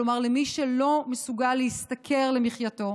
כלומר למי שאינו מסוגל להשתכר למחייתו,